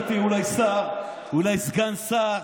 אתה תהיה אולי שר, אולי סגן שר,